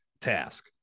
task